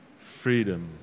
Freedom